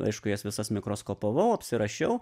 aišku jas visas mikroskopavau apsirašiau